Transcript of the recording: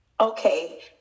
Okay